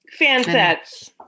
Fansets